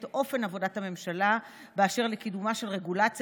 את אופן עבודת הממשלה באשר לקידומה של רגולציה